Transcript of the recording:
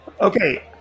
Okay